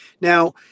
Now